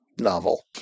novel